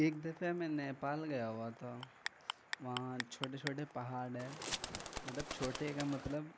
ایک دفعہ میں نیپال گیا ہوا تھا وہاں چھوٹے چھوٹے پہاڑ ہے مطلب چھوٹے کا مطلب